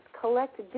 collect